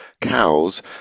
cows